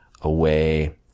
away